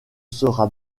sera